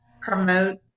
promote